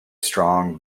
strong